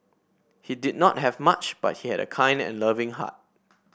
he did not have much but he had a kind and loving heart